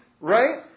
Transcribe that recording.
right